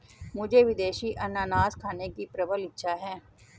मुझे विदेशी अनन्नास खाने की प्रबल इच्छा है